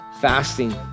Fasting